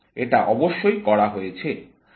এটা অবশ্যই করা হয়েছে সেটি একটি অন্য আলোচনাতে আছে